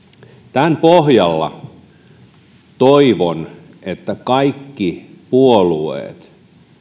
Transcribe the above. tämän pohjalta toivon että kaikki puolueet